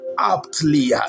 aptly